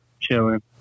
chilling